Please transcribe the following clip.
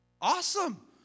Awesome